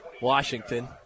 Washington